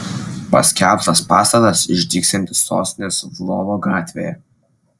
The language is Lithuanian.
paskelbtas pastatas išdygsiantis sostinės lvovo gatvėje